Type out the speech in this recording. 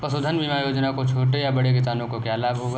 पशुधन बीमा योजना से छोटे या बड़े किसानों को क्या लाभ होगा?